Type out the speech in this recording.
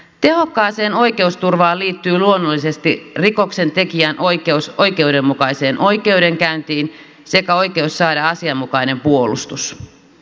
tehokkaaseen oikeusturva oli hienoisesti rikoksentekijän oikeus oikeudenmukaiseen oikeudenkäyntiin sekä oikeus saada asianmukainen puolustus